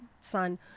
son